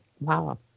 wow